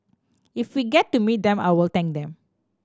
if we get to meet them I will thank them